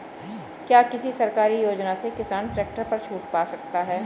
क्या किसी सरकारी योजना से किसान ट्रैक्टर पर छूट पा सकता है?